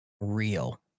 real